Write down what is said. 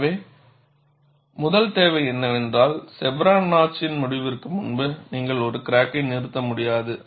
எனவே முதல் தேவை என்னவென்றால் செவ்ரான் நாட்ச்யின் முடிவிற்கு முன்பு நீங்கள் ஒரு கிராக்கை நிறுத்த முடியாது